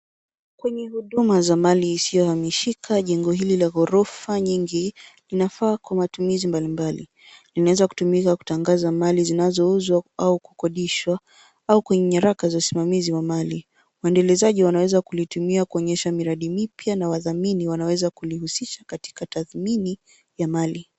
Kwenye huduma za mali isiyohamishika, jengo hili la ghorofa nyingi, linafaa kwa matumizi mbalimbali. Inaweza kutumika kutangaza mali zinazouzwa au kukodishwa, au kwenye nyaraka za usimamizi wa mali. Waendelezaji wanaweza kulitumia kuonyesha miradi mipya, na wadhamini wanaweza kulihusisha katika tathmini, ya mali.